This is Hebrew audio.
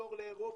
צינור לאירופה,